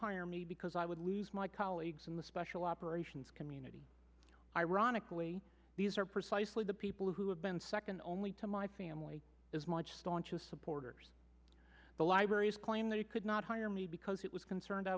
hire me because i would lose my colleagues in the special operations community ironically these are precisely the people who have been second only to my family as much staunchest supporters but mary's claim that he could not hire me because it was concerned i